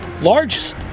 largest